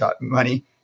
money